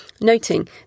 Noting